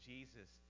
Jesus